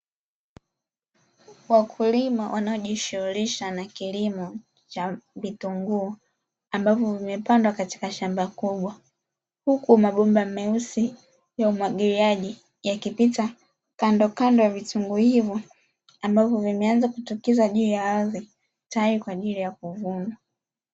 Wakulima wanaojishughulisha na kilimo cha vitunguu ambavyo vimepandwa katika shamba kubwa, huku mabomba meusi ya umwagiliaji yakipita kandokando ya vitunguu hivyo ambavyo vimeanza kutokeza juu ya ardhi tayari kwa ajili ya kuvunwa.